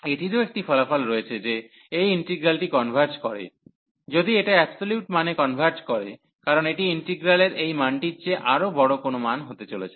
এটিরও একটি ফলাফল রয়েছে যে এই ইন্টিগ্রালটি কনভার্জ করে যদি এটা অ্যাবসোলিউট মানে কনভার্জ করে কারণ এটি ইন্টিগ্রালের এই মানটির চেয়ে আরও বড় কোন মান হতে চলেছে